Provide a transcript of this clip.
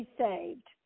saved